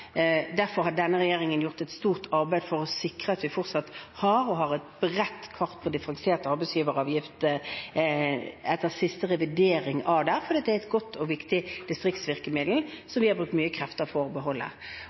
derfor har denne regjeringen gjort et stort arbeid for å sikre at vi fortsatt har og har et bredt kart for differensiert arbeidsgivergift etter den siste revideringen, for det er et godt og viktig distriktsvirkemiddel